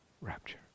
rapture